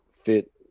fit